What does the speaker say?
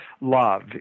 love